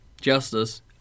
Justice